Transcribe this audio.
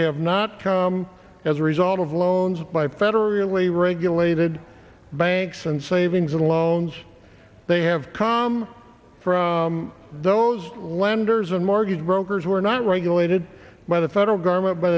have not come as a result of loans by federally regulated banks and savings and loans they have come for those lenders and mortgage brokers who are not regulated by the federal government by